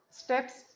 steps